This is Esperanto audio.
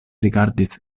rigardis